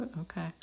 okay